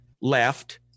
left